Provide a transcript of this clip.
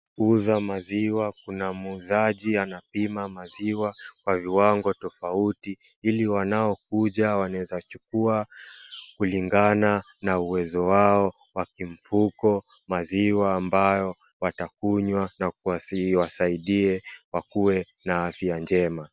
Kuuza maziwa . Kunamuzaji anayepima maziwa kwa viwango tofauti, iliwanao kuja wanaweza chukuwa kulingana na uwezo wao wa kimfuko, maziwa ambayo watakunywa iwasaidie kuwa na afya njema.